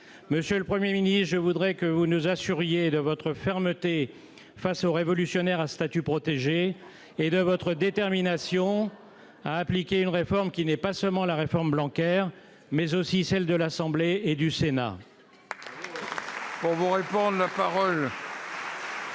Monsieur le Premier ministre, je souhaite que vous nous assuriez de votre fermeté face aux révolutionnaires à statut protégé et de votre détermination à appliquer une réforme qui n'est pas seulement la réforme Blanquer, mais aussi celle de l'Assemblée nationale et du Sénat. La parole